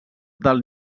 del